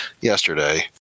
yesterday